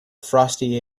frosty